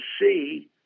see